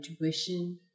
intuition